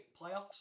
playoffs